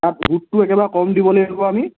তাত সুতটো একেবাৰে কম দিব লাগিব আমি